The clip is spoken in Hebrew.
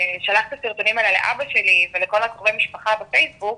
שלח את הסרטונים האלה לאבא שלי ולכל קרובי המשפחה בפייסבוק,